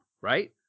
right